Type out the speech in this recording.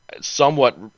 somewhat –